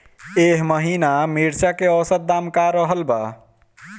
एह महीना मिर्चा के औसत दाम का रहल बा?